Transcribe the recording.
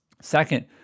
Second